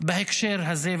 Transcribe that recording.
בהקשר הזה?